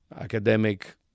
academic